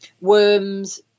worms